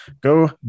Go